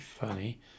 funny